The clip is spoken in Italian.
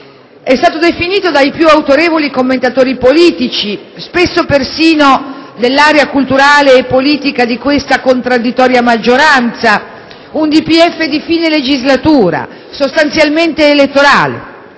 È stato definito dai più autorevoli commentatori economici, spesso persino dell'area culturale e politica di questa contraddittoria maggioranza, un DPEF di fine legislatura, sostanzialmente elettorale.